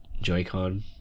Joy-Con